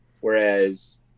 Whereas